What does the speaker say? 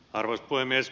arvoisa puhemies